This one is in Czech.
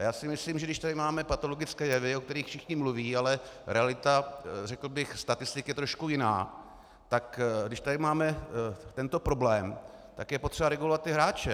A já si myslím, že když máme patologické jevy, o kterých všichni mluví, ale realita statistik je trochu jiná, tak když tady máme tento problém, tak je potřeba regulovat ty hráče.